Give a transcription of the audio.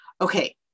Okay